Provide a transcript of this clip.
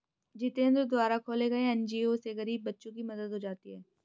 जितेंद्र द्वारा खोले गये एन.जी.ओ से गरीब बच्चों की मदद हो जाती है